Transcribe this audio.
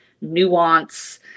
nuance